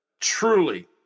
Truly